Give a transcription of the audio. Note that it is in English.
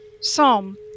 Psalm